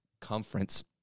conference